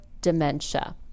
dementia